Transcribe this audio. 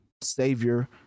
savior